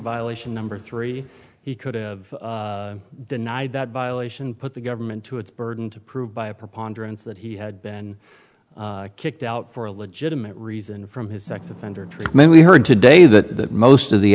violation number three he could deny that violation put the government to its burden to prove by a preponderance that he had been kicked out for a legitimate reason from his sex offender treatment we heard today that most of the